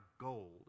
gold